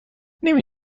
نمی